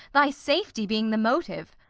thy safety being the motive.